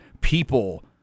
people